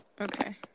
okay